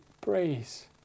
praise